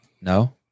No